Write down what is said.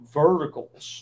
verticals